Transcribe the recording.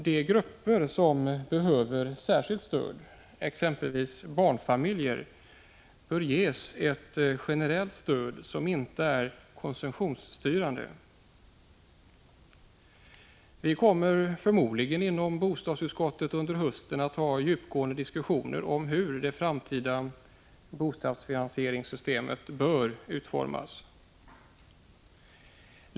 De grupper som behöver särskilt stöd, exempelvis barnfamiljerna, bör ges ett generellt stöd som inte är konsumtionsstyrande. Inom bostadsutskottet kommer vi förmodligen att under hösten ha djupgående diskussioner om hur det framtida bostadsfinansieringssystemet skall utformas.